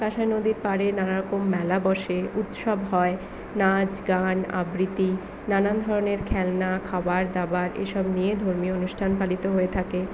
কাঁসাই নদীর পাড়ে নানারকম মেলা বসে উৎসব হয় নাচ গান আবৃত্তি নানান ধরনের খেলনা খাবার দাবার এসব নিয়ে ধর্মীয় অনুষ্ঠান পালিত হয়ে থাকে